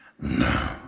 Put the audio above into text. No